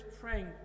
praying